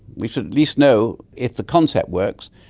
we should at least know if the concept works.